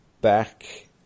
back